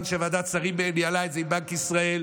שוועדת שרים ניהלה את זה עם בנק ישראל.